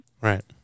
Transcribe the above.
Right